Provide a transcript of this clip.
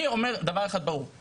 אני אומר דבר אחד ברור,